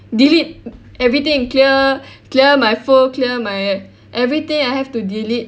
delete m~ everything clear clear my phone clear my everything I have to delete